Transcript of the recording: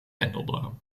endeldarm